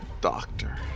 doctor